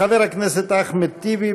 חבר הכנסת אחמד טיבי,